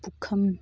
ꯄꯨꯛꯈꯝ